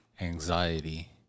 anxiety